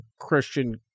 Christian